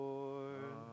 Lord